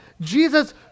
Jesus